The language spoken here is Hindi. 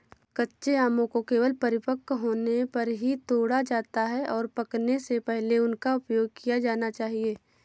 कच्चे आमों को केवल परिपक्व होने पर ही तोड़ा जाता है, और पकने से पहले उनका उपयोग किया जाना चाहिए